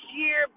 year